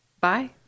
Bye